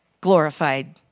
glorified